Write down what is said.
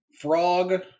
Frog